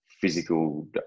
physical